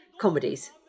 comedies